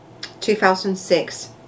2006